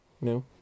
No